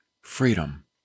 freedom